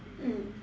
mm